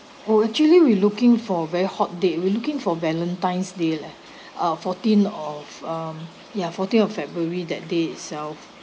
oh actually we looking for very hot date we looking for valentine's day leh uh fourteen of um ya fourteen of february that day itself